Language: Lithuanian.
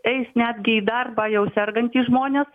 eis netgi į darbą jau sergantys žmonės